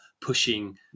pushing